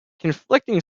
conflicting